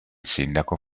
sindaco